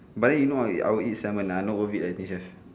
but then you know ah I'll eat salmon ah not worth it eighteen chef